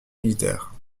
militaire